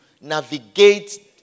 navigate